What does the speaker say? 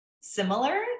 similar